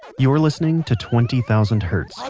you're listening to twenty thousand hertz,